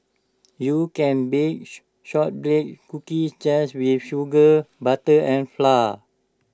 you can bake Shortbread Cookies just with sugar butter and flour